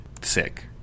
sick